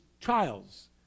trials